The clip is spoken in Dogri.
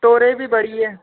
स्टोरेज बी बड़ी ऐ